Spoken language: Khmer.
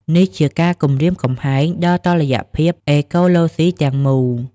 នេះជាការគំរាមកំហែងដល់តុល្យភាពអេកូឡូស៊ីទាំងមូល។